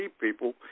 people